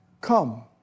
come